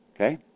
Okay